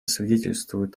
свидетельствует